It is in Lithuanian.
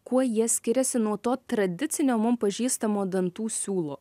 kuo jie skiriasi nuo to tradicinio mum pažįstamo dantų siūlo